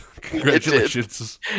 Congratulations